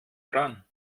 dran